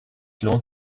lohnt